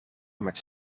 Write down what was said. met